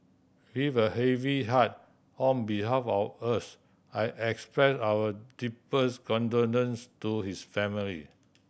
with a heavy heart on behalf of all of us I express our deepest condolence to his family